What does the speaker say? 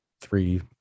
three